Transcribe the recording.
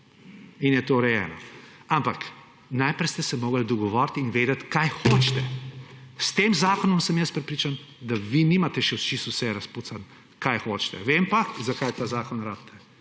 in je to urejeno. Ampak naprej ste se morali dogovoriti in vedeti, kaj hočete. S tem zakonom, sem jaz prepričan, da vi nimate še čisto vsega razpucanega, kaj hočete. Vem pa, zakaj ta zakon rabite,